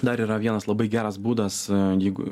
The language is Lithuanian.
dar yra vienas labai geras būdas jeigu